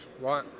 Right